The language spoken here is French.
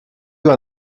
deux